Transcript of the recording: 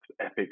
epic